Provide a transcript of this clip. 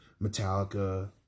Metallica